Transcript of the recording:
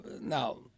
Now